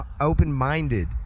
open-minded